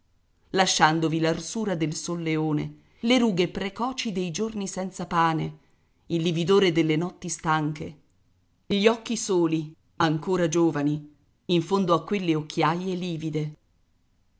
lasciandovi l'arsura del solleone le rughe precoci dei giorni senza pane il lividore delle notti stanche gli occhi soli ancora giovani in fondo a quelle occhiaie livide